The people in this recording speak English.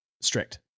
strict